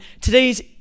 today's